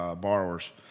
borrowers